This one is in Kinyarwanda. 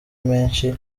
menshi